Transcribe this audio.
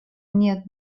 нет